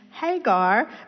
Hagar